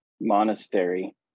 monastery